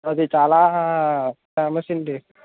అది చాలా ఫేమస్ అండి